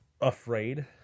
afraid